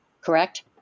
correct